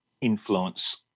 influence